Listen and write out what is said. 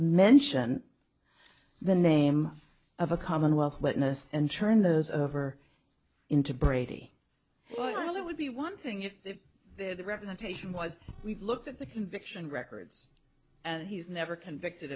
mention the name of a commonwealth witness and turn those over into brady but i would be one thing if the representation was we've looked at the conviction records and he's never convicted